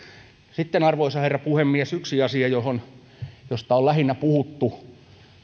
arvoisa herra puhemies sitten yksi asia josta on lähinnä puhuttu